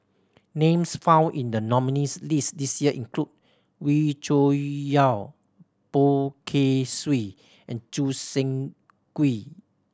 names found in the nominees' list this year include Wee Cho Yaw Poh Kay Swee and Choo Seng Quee